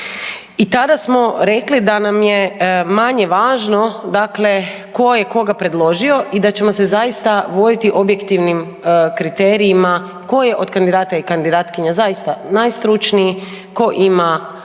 I tada smo rekli da nam je manje važno, dakle tko je koga predložio i da ćemo se zaista voditi objektivnim kriterijima tko je od kandidata i kandidatkinja zaista najstručniji, tko ima